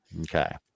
Okay